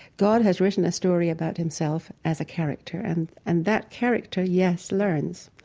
god has written a story about himself as a character and and that character, yes, learns.